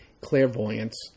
Clairvoyance